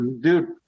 Dude